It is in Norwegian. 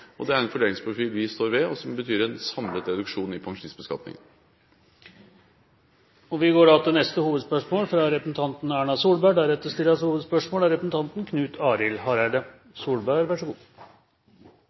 og lavere skatt. Det er en fordelingsprofil vi står ved, og som betyr en samlet reduksjon i pensjonistbeskatningen. Vi går til neste hovedspørsmål.